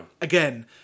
Again